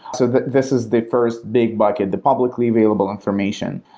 so that this is the first big bucket, the publicly available information.